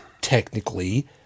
technically